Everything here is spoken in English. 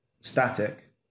static